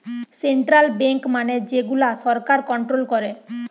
central bank মানে যে গুলা সরকার কন্ট্রোল করে